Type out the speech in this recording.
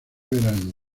verano